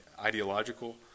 ideological